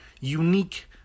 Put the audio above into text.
unique